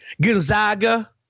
Gonzaga